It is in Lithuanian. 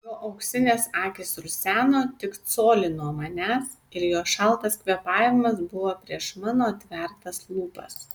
jo auksinės akys ruseno tik colį nuo manęs ir jo šaltas kvėpavimas buvo prieš mano atvertas lūpas